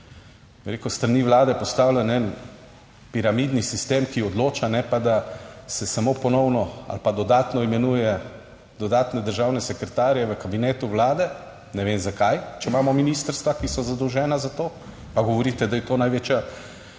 bi rekel s strani Vlade postavljen en piramidni sistem, ki odloča, ne pa, da se samo ponovno ali pa dodatno imenuje dodatne državne sekretarje v kabinetu Vlade, ne vem zakaj, če imamo ministrstva, ki so zadolžena za to. Govorite, da je to največja nesreča